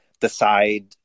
decide